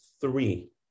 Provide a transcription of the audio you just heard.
three